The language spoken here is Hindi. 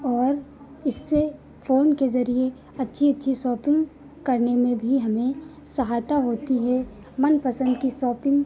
और इससे फ़ोन के ज़रिये अच्छी अच्छी शौपिंग करने में भी हमें सहायता होती है मनपसंद की शौपिंग